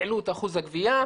העלו את אחוז הגבייה,